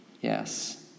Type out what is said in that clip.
Yes